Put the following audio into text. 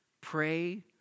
Pray